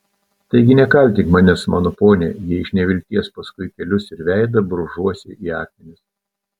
taigi nekaltink manęs mano pone jei iš nevilties paskui kelius ir veidą brūžuosi į akmenis